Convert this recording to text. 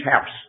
house